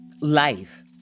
life